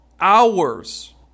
hours